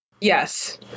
Yes